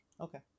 Okay